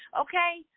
Okay